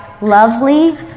lovely